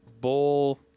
Bowl –